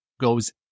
goes